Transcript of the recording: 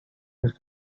his